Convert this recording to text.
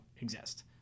exist